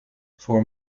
voor